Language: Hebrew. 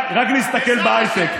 רק נסתכל בהייטק.